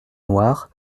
noirs